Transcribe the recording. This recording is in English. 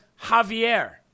Javier